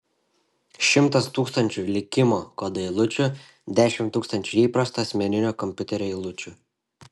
šimtas tūkstančių likimo kodo eilučių dešimt tūkstančių įprasto asmeninio kompiuterio eilučių